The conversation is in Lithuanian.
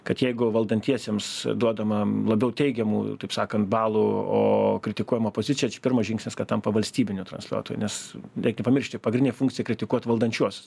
kad jeigu valdantiesiems duodama labiau teigiamų taip sakant balų o kritikuojama opozicija čia pirmas žingsnis kad tampa valstybiniu transliuotoju nes reik nepamiršti pagrindė funkcija kritikuot valdančiuosius